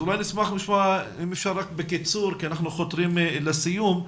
נשמח לשמוע אם אפשר רק בקיצור כי אנחנו חותרים לסיום.